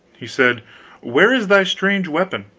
he said where is thy strange weapon?